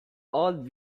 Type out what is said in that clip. old